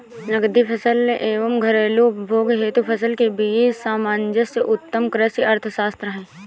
नकदी फसल एवं घरेलू उपभोग हेतु फसल के बीच सामंजस्य उत्तम कृषि अर्थशास्त्र है